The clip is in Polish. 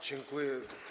Dziękuję.